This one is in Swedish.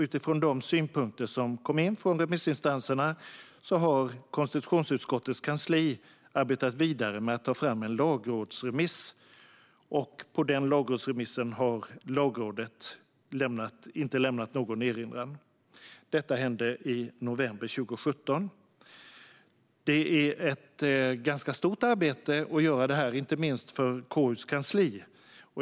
Utifrån de synpunkter som kom från remissinstanserna har konstitutionsutskottets kansli arbetat vidare med att ta fram en lagrådsremiss. Lagrådet har lämnat förslagen utan erinran. Detta hände i november 2017. Detta är ett ganska stort arbete, inte minst för KU:s kansli.